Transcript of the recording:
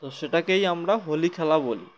তো সেটাকেই আমরা হোলি খেলা বলি